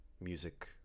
music